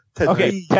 Okay